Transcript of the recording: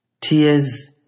Tears